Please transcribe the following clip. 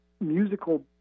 musical